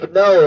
no